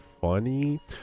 funny